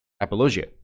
apologia